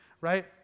right